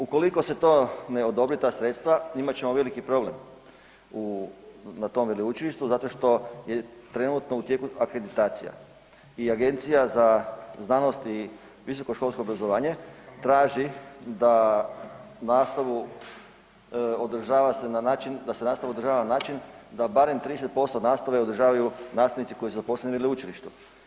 Ukoliko se to ne odobri, ta sredstva imat ćemo veliki problem u, na tom veleučilištu zato što je trenutno u tijeku akreditacija i Agencija za znanost i visokoškolsko obrazovanje traži da nastavu održava se na način, da se nastavu održava na način da barem 30% nastave održavaju nastavnici koji su zaposleni na veleučilištu.